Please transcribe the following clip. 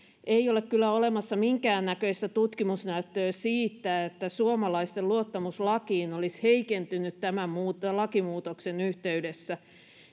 ei ole kyllä olemassa minkäännäköistä tutkimusnäyttöä siitä että suomalaisten luottamus lakiin olisi heikentynyt tämän lakimuutoksen yhteydessä